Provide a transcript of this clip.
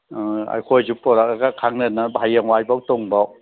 ꯑꯪ ꯑꯩꯈꯣꯏꯁꯨ ꯄꯣꯔꯛꯑꯒ ꯈꯪꯅꯅꯕ ꯍꯌꯦꯡꯋꯥꯏꯕꯣꯛ ꯇꯨꯡꯕꯣꯛ